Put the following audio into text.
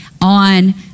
on